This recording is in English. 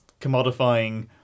commodifying